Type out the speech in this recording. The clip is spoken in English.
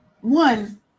one